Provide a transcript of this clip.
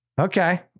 Okay